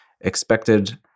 expected